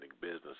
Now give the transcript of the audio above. business